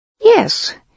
Yes